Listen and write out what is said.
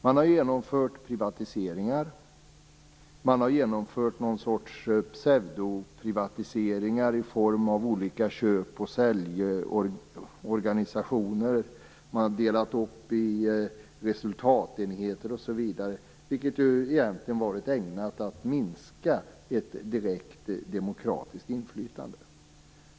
Man har genomfört privatiseringar, man har genomfört någon sorts pseudoprivatiseringar i form av olika köp och säljorganisationer och man har delat upp i resultatenheter, osv., vilket varit ägnat att minska ett direkt demokratiskt inflytande.